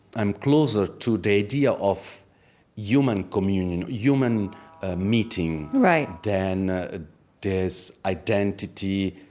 i'm closer to the ideal of human communion human meeting, right, than ah this identity.